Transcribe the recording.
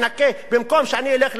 במקום שאני אלך ללמוד באוניברסיטה,